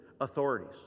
authorities